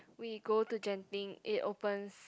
we go to Genting it opens